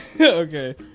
Okay